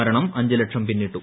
മരണം ആർഞ്ച് ലക്ഷം പിന്നിട്ടു